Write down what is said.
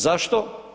Zašto?